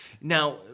Now